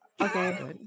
okay